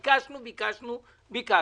ביקשנו, ביקשנו, ביקשנו.